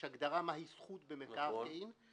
יש הגדרה מהי זכות במקרקעין --- נכון.